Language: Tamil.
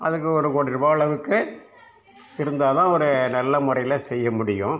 அதுக்கு ஒரு கோடி ரூபா அளவுக்கு இருந்தாலும் ஒரு நல்ல முறையில் செய்ய முடியும்